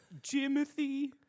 Jimothy